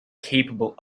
capable